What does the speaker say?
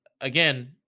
again